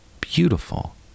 beautiful